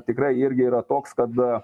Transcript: tikrai irgi yra toks kad